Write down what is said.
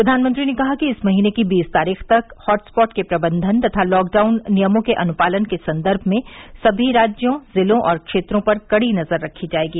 प्रधानमंत्री ने कहा कि इस महीने की बीस तारीख तक हॉट स्पॉट के प्रबंधन तथा लॉकडाउन नियमों के अनुपालन के संदर्म में सभी राज्यों जिलों और क्षेत्रों पर कड़ी नजर रखी जायेगी